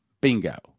Bingo